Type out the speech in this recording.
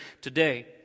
today